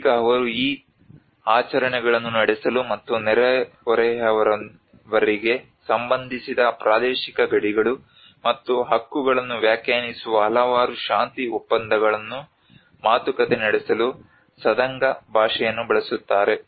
ಈಗ ಅವರು ಈ ಆಚರಣೆಗಳನ್ನು ನಡೆಸಲು ಮತ್ತು ನೆರೆಹೊರೆಯವರಿಗೆ ಸಂಬಂಧಿಸಿದ ಪ್ರಾದೇಶಿಕ ಗಡಿಗಳು ಮತ್ತು ಹಕ್ಕುಗಳನ್ನು ವ್ಯಾಖ್ಯಾನಿಸುವ ಹಲವಾರು ಶಾಂತಿ ಒಪ್ಪಂದಗಳನ್ನು ಮಾತುಕತೆ ನಡೆಸಲು ಸದಂಗ ಭಾಷೆಯನ್ನು ಬಳಸುತ್ತಾರೆ